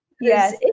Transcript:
yes